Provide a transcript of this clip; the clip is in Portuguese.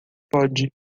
pode